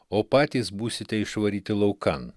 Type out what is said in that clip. o patys būsite išvaryti laukan